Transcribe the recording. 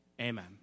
Amen